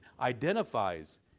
identifies